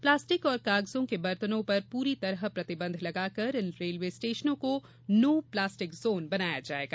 plastic और कागजों के बर्तनों पर पूरी तरह प्रतिबंध लगाकर इन रेलवे स्टेशनों को नो प्लास्टिक जोन बनाया जायेगा